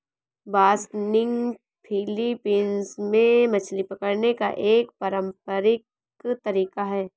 बासनिग Philippines में मछली पकड़ने का एक पारंपरिक तरीका है